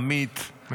עמית,